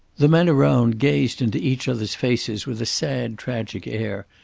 the men around gazed into each other's faces with a sad tragic air,